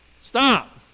Stop